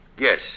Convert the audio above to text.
Yes